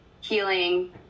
healing